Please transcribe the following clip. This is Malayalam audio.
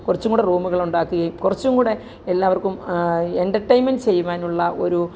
കുറച്ചു കൂടി റൂമുകള് ഉണ്ടാക്കുകയും കുറച്ചുംകൂടി എല്ലാവര്ക്കും എൻ്റര്ടെയിന്മെന്റ് ചെയ്യുവാനുള്ള ഒരു